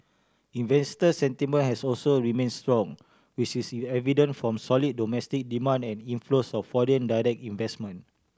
investor sentiment has also remained strong which is evident from solid domestic demand and inflows of foreign direct investment